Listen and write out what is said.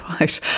right